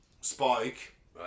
spike